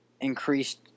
increased